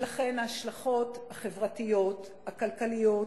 ולכן ההשלכות החברתיות, הכלכליות,